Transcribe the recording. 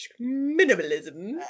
minimalism